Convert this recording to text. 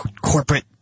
corporate